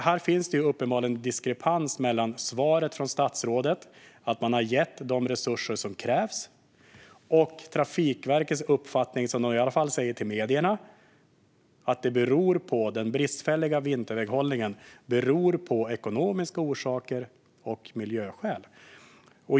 Här finns det uppenbarligen en diskrepans mellan svaret från statsrådet - att man har gett de resurser som krävs - och Trafikverkets uppfattning, i alla fall vad de säger till medierna, nämligen att det är ekonomiska orsaker och miljöskäl som ligger bakom den bristfälliga vinterväghållningen.